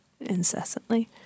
incessantly